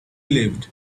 lived